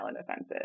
offenses